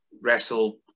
wrestle